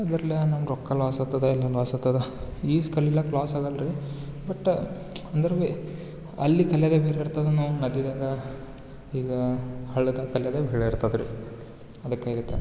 ಅದರಲ್ಲಿ ನಮ್ಮ ರೊಕ್ಕ ಲಾಸ್ ಆಗ್ತದ ಎಲ್ಲ ಲಾಸ್ ಆಗ್ತದ ಈಜು ಕಲಿಯೋಕ್ ಲಾಸ್ ಆಗೋಲ್ಲ ರೀ ಬಟ್ ಅಂದ್ರ ಬಿ ಅಲ್ಲಿ ಕಲಿಯೋದೆ ಬೇರೆ ಇರ್ತದೇನಾವು ನದಿಯಾಗ ಈಗ ಹಳ್ಳದಾಗೆ ಕಲಿಯೋದೆ ಒಳ್ಳೇ ಇರ್ತದೆ ರೀ ಅದಕ್ಕೆ ಇದಕ್ಕೆ